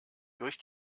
durch